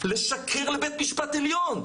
לשקר לבית המשפט עליון.